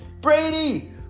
Brady